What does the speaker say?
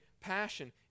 passion